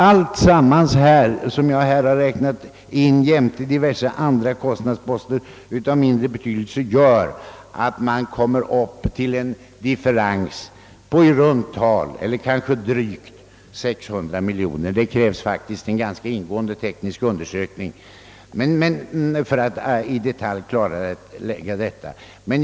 Allt som jag här har räknat in jämte diverse andra kostnadsposter av mindre betydelse gör att man kommer upp till en differens på kanske drygt 600 miljoner. Det krävs en ganska ingående teknisk undersökning för att i detalj klarlägga detta.